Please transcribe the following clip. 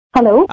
Hello